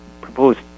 proposed